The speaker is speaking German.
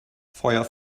feuer